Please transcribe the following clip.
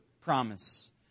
promise